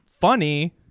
funny